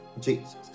Jesus